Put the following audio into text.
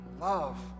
Love